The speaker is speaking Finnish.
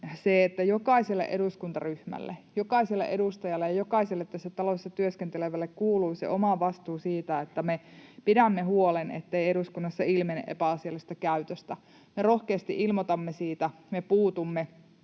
että jokaiselle eduskuntaryhmälle, jokaiselle edustajalle ja jokaiselle tässä talossa työskentelevälle kuuluu oma vastuu siitä, että me pidämme huolen, ettei eduskunnassa ilmene epäasiallista käytöstä: me rohkeasti ilmoitamme siitä, me puutumme